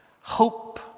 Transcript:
hope